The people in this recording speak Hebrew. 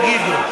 תגידו.